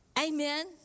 Amen